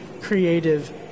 Creative